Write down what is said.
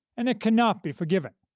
and it cannot be forgiven.